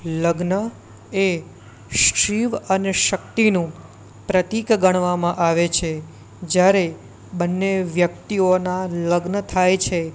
લગ્ન એ શિવ અને શક્તિનું પ્રતિક ગણવામાં આવે છે જ્યારે બંને વ્યક્તિઓનાં લગ્ન થાય છે